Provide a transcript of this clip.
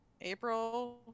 April